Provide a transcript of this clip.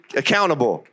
accountable